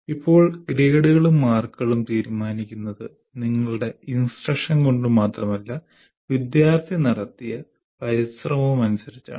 ഇപ്പോൾ ഗ്രേഡുകളും മാർക്കുകളും തീരുമാനിക്കുന്നത് നിങ്ങളുടെ instruction കൊണ്ട് മാത്രമല്ല വിദ്യാർത്ഥി നടത്തിയ പരിശ്രമവും അനുസരിച്ചാണ്